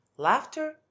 laughter